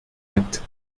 act